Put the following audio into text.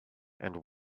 and